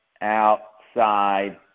outside